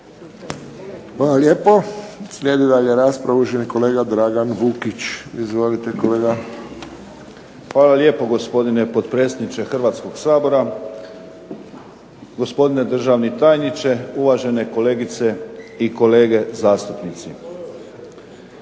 Hvala lijepo. Slijedi dalje rasprava uvaženi kolega Dragan Vukić. Izvolite kolega. **Vukić, Dragan (HDZ)** Hvala lijepo. Gospodine potpredsjedniče Hrvatskoga sabora, gospodine državni tajniče, uvažene kolegice i kolege zastupnici.